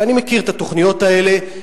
ואני מכיר את התוכניות האלה,